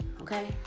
okay